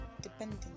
depending